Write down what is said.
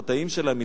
בחטאים שלהם,